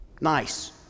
nice